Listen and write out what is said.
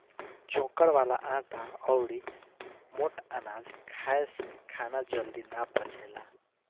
चोकर वाला आटा अउरी मोट अनाज खाए से खाना जल्दी ना पचेला